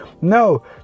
no